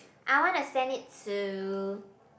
I want to send it to